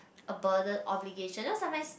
a burden obligation you know sometimes